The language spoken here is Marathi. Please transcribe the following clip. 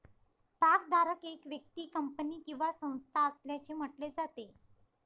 भागधारक एक व्यक्ती, कंपनी किंवा संस्था असल्याचे म्हटले जाते